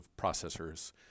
processors